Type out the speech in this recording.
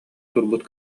турбут